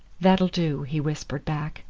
that'll do, he whispered back.